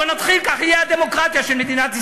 בואו נתחיל, כך תהיה הדמוקרטיה של מדינת ישראל.